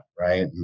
right